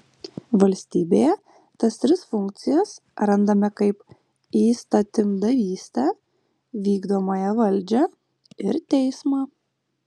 valstybėje tas tris funkcijas randame kaip įstatymdavystę vykdomąją valdžią ir teismą